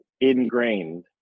ingrained